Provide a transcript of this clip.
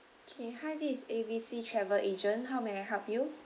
okay hi this is A B C travel agent how may I help you